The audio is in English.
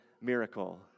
miracle